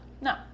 No